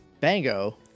Bango